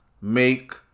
make